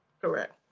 Correct